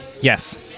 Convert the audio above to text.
Yes